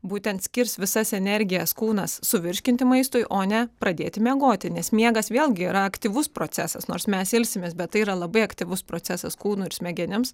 būtent skirs visas energijas kūnas suvirškinti maistui o ne pradėti miegoti nes miegas vėlgi yra aktyvus procesas nors mes ilsimės bet tai yra labai aktyvus procesas kūnui ir smegenims